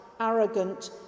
arrogant